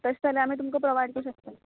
हय तशें जाल्यार आमी तुमका प्रोवायड करूं शकता